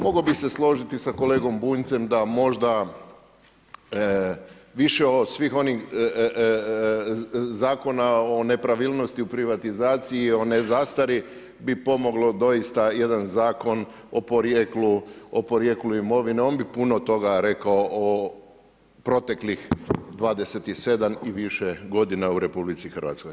Mogao bih se složiti sa kolegom Bunjcem da možda više od svih onih zakona o nepravilnosti u privatizaciji i o ne zastari bi pomoglo doista jedan zakon o porijeklu imovine, on bi puno toga rekao o proteklih 27 i više godina u RH.